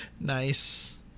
Nice